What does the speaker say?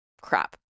crap